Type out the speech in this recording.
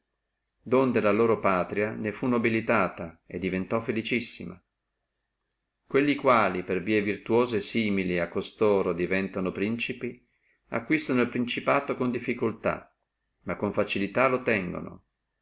donde la loro patria ne fu nobilitata e diventò felicissima quelli li quali per vie virtuose simili a costoro diventono principi acquistono el principato con difficultà ma con facilità lo tengano